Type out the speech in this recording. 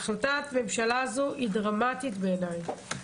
החלטת הממשלה הזאת היא דרמטית בעיניי.